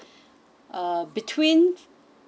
uh between